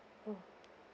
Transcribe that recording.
mmhmm